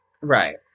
Right